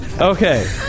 Okay